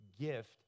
gift